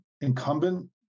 incumbent